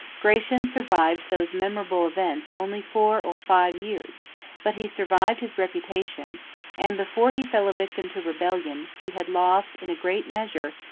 gratian survived those memorable events only four or five years but he survived his reputation and, before he fell a victim to rebellion, he had lost, in a great measure,